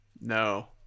No